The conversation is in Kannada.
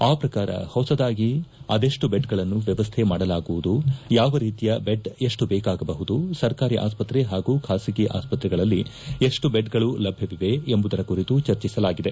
ಆ ಪ್ರಕಾರ ಹೊಸದಾಗಿ ಆದೆಪ್ಟು ಬೆಡ್ ಗಳನ್ನ ವ್ಲವಸ್ತೆ ಮಾಡಲಾಗುವುದು ಯಾವ ರೀತಿಯ ಬೆಡ್ ಎತ್ತು ಬೇಕಾಗಬಹುದು ಸರ್ಕಾರಿ ಆಸ್ತ್ರೆ ಹಾಗೂ ಖಾಸಗಿ ಆಸ್ಪತ್ರಗಳಲ್ಲಿ ಎಷ್ಟು ಬೆಡ್ ಗಳು ಲಭ್ಯವಿವೆ ಎಂಬುದರ ಕುರಿತು ಚರ್ಚಿಸಲಾಗಿದೆ